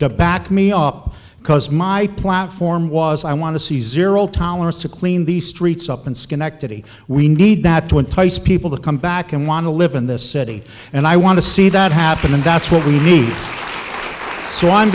to back me up because my platform was i want to see zero tolerance to clean the streets up in schenectady we need that to entice people to come back and want to live in this city and i want to see that happen and that's what we need so i'm